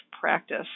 practice